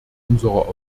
unserer